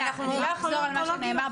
אני לא אחזור על מה שנאמר.